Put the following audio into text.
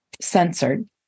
censored